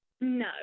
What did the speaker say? No